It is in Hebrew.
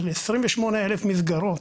על 28 אלף מסגרות.